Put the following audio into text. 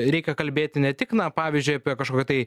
reikia kalbėti ne tik na pavyzdžiui apie kažkokią tai